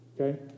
okay